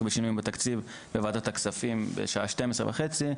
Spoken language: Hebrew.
בשינויים בתקציב בוועדת הכספים בשעה 12:30,